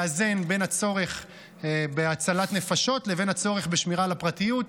מאזן בין הצורך בהצלת נפשות לבין הצורך בשמירה על הפרטיות.